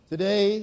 Today